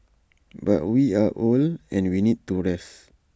but we are old and we need to rest